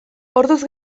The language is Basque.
orduz